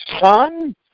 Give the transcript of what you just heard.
Son